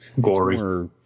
gory